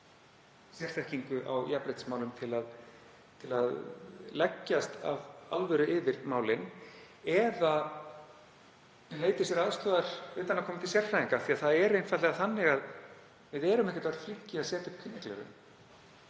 sérþekkingu á jafnréttismálum til að leggjast af alvöru yfir málin eða leiti sér aðstoðar utanaðkomandi sérfræðinga, af því það er einfaldlega þannig að við erum ekkert öll flink í að setja upp kynjagleraugu.